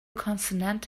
consonant